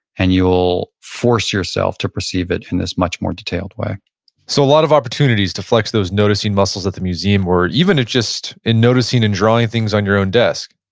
and you'll force yourself to perceive it in this much more detailed way so a lot of opportunities to flex those noticing muscles at the museum or even if just in noticing and drawing things on your own desk.